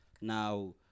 Now